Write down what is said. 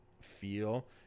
feel